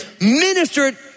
ministered